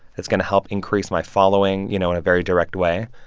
that's going to help increase my following, you know, in a very direct way?